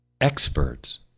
experts